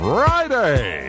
Friday